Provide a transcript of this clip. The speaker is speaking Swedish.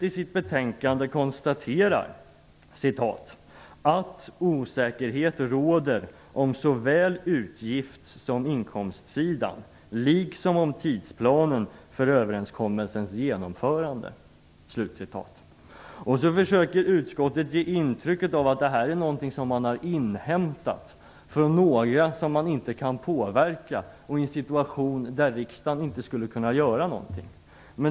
I betänkandet konstaterar utskottet att "osäkerhet råder om såväl utgifts som inkomstsidan liksom om tidsplanen för överenskommelsens genomförande". Utskottet försöker ge intrycket av att det här är något som man har inhämtat från några som man inte kan påverka och i en situation där riksdagen inte skulle kunna göra någonting.